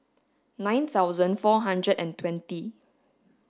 nine thousand four hundred and twenty